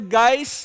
guys